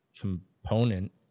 component